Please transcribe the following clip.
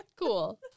Cool